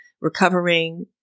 recovering